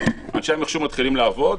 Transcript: אנשי המחשוב מתחילים לעבוד,